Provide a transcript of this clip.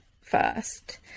first